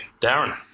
Darren